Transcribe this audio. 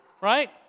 right